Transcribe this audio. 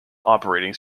operating